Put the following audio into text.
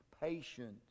patient